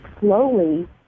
slowly